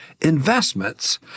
investments